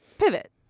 pivot